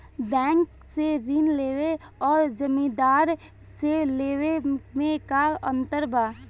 Bank से ऋण लेवे अउर जमींदार से लेवे मे का अंतर बा?